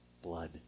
blood